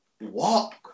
walk